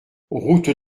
route